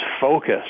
focus